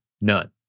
none